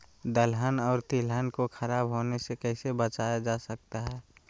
दलहन और तिलहन को खराब होने से कैसे बचाया जा सकता है?